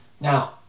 Now